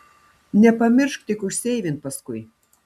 nepamiršk tik užseivint paskui